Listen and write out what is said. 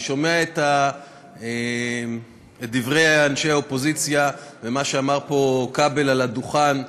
אני שומע את דברי אנשי האופוזיציה ואת מה שאמר פה כבל על הדוכן,